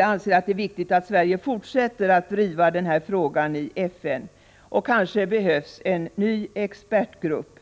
anser att det är viktigt att Sverige fortsätter att driva denna fråga i FN. Kanske behövs det en ny expertgrupp.